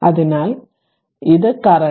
അതിനാൽ ഇത് കറന്റ്